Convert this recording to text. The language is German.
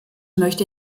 möchte